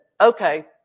okay